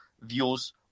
views